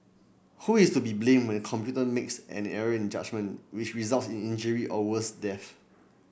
who is to be blamed when a computer makes an error in judgement which results in injury or worse death